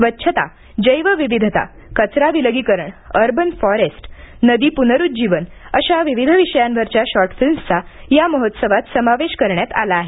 स्वच्छता जैवविविधता कचरा विलगीकरण अर्बन फॉरेस्ट नदी पुनरुज्जीवन अशा विविध विषयावरच्या शॉर्टफिल्मचा या महोत्सवात समावेश करण्यात आला आहे